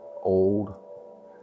old